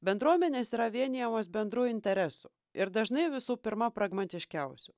bendruomenės yra vienijamos bendrų interesų ir dažnai visų pirma pragmatiškiausių